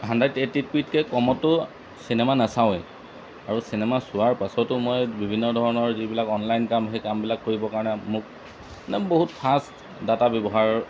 hundred eighty পিটকৈ কমততো cinema নাচাওঁৱেই আৰু চিনেমা চোৱাৰ পাছতো মই বিভিন্ন ধৰণৰ যিবিলাক অনলাইন কাম সেই কামবিলাক কৰিবৰ কাৰণে মোক মানে বহুত ফাষ্ট ডাটা ব্যৱহাৰ